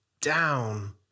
down